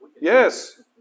Yes